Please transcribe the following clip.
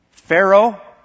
Pharaoh